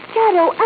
Shadow